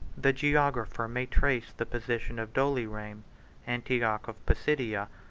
the geographer may trace the position of dorylaeum, antioch of pisidia,